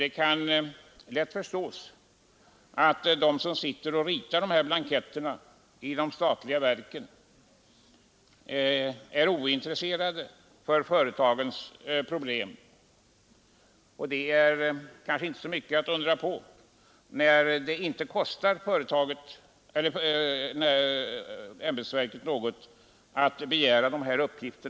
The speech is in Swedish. Det kan lätt förstås att de som sitter och ritar de här blanketterna i de statliga verken är ointresserade av företagens problem — det är kanske inte att undra på när det inte kostar ämbetsverket något att begära dessa uppgifter.